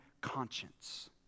conscience